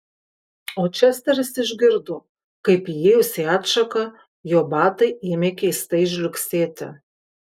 o česteris išgirdo kaip įėjus į atšaką jo batai ėmė keistai žliugsėti